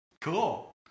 cool